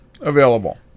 available